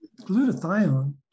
glutathione